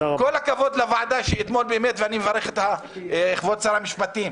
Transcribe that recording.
כל הכבוד לוועדה שאתמול ואני מברך את כבוד שר המשפטים,